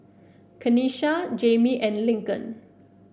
Kanesha Jamie and Lincoln